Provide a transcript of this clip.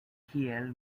kiel